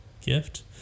gift